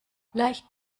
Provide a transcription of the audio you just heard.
leicht